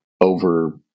over